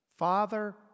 Father